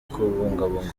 kubungabunga